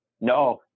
No